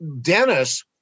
Dennis